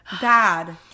bad